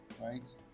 Right